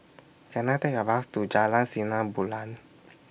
Can I Take A Bus to Jalan Sinar Bulan